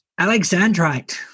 Alexandrite